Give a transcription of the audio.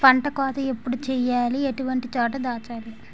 పంట కోత ఎప్పుడు చేయాలి? ఎటువంటి చోట దాచాలి?